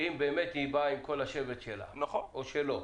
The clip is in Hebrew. אם באמת היא באה עם כל השבט שלה או שלא.